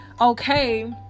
okay